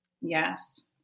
Yes